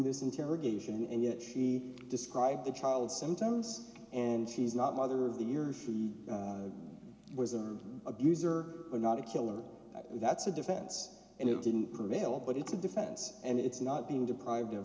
this interrogation and yet she described the child sometimes and she's not mother of the year or she was an abuser or not a killer that's a defense and it didn't prevail but it's a defense and it's not being deprived of